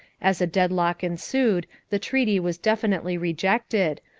as a deadlock ensued the treaty was definitely rejected,